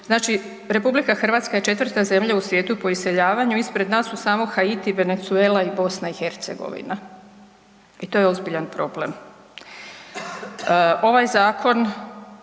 Znači RH je 4. zemlja u svijetu po iseljavanju, ispred nas su samo Haiti, Venezuela i BiH i to je ozbiljan problem. Ovaj zakon